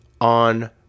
on